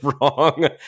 wrong